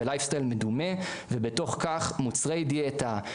ו"לייף סטייל" מדומה ובתוך כך מוצרי דיאטה,